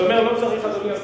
אני אומר שלא צריך להתרגש,